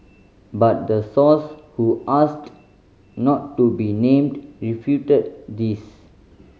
but the source who asked not to be named refuted this